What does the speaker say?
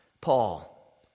Paul